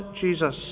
Jesus